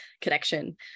connection